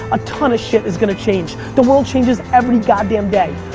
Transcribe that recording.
a ton of shit is gonna change. the world changes every goddamn day.